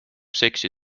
seksi